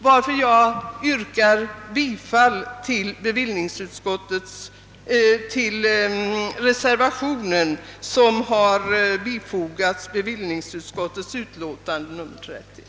Jag yrkar därför bifall till den reservation som har fogats till bevillningsutskottets betänkande nr 30.